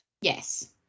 Yes